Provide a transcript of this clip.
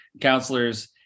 counselors